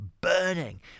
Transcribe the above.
burning